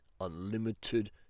unlimited